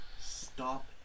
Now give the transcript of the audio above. Stop